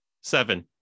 seven